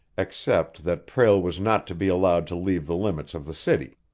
except that prale was not to be allowed to leave the limits of the city.